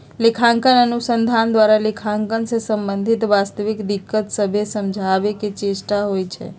लेखांकन अनुसंधान द्वारा लेखांकन से संबंधित वास्तविक दिक्कत सभके समझाबे के चेष्टा होइ छइ